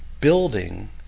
building